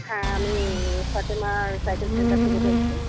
হ্যাঁ আমি Fatema cycle centre থেকে বলছি